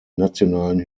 nationalen